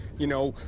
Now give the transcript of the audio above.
you know.